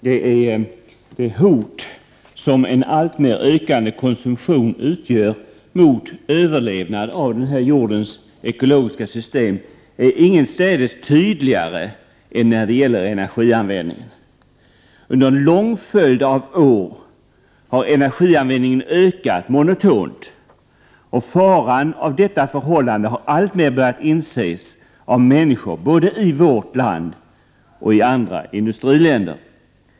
Fru talman! Det hot som en alltmer ökande konsumtion utgör mot överlevnad av jordens ekologiska system är ingenstädes tydligare än när det gäller energianvändningen. Under en lång följd av år har energianvändningen ökat monotont, och faran av detta förhållande har alltmer börjat inses av människor både i vårt land och i andra industriländer.